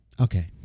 okay